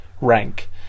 rank